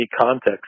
context